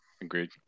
agreed